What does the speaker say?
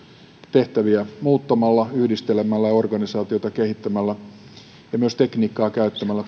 tehtäviä muuttamalla yhdistelemällä ja organisaatiota kehittämällä ja myös tekniikkaa käyttämällä